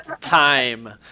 time